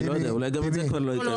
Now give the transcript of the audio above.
אני לא יודע כי אולי גם את זה לא יקיימו.